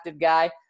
guy